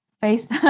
face